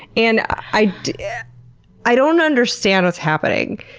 and i i don't understand what's happening.